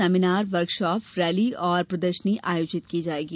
seminar workshop rally और प्रदर्शनी आयोजित की जायेगी